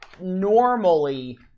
normally